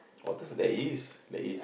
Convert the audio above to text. otters there is there is